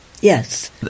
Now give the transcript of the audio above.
Yes